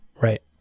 Right